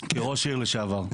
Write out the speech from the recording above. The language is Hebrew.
כראש עיר לשעבר,